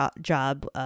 job